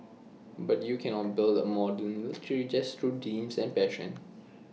but you cannot build A modern military just through dreams and passion